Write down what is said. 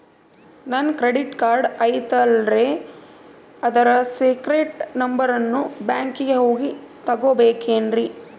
ನನ್ನ credit card ಐತಲ್ರೇ ಅದರ ಸೇಕ್ರೇಟ್ ನಂಬರನ್ನು ಬ್ಯಾಂಕಿಗೆ ಹೋಗಿ ತಗೋಬೇಕಿನ್ರಿ?